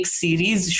series